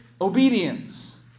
obedience